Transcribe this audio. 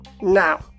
Now